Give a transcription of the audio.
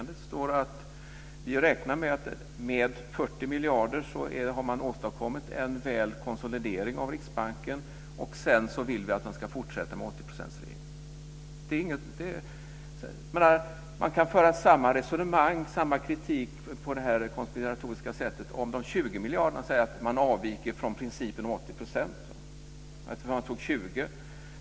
Det står att vi räknar med att med 40 miljarder har man åstadkommit en väl avvägd konsolidering av Riksbanken och att vi sedan vill att man ska fortsätta med 80 Man kan föra samma resonemang och rikta samma kritik på det här konspiratoriska sättet när det gäller de 20 miljarderna och säga att man avviker från principen om 80 % när man valde 20 %.